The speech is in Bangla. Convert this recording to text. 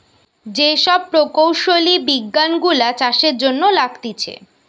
যে সব প্রকৌশলী বিজ্ঞান গুলা চাষের জন্য লাগতিছে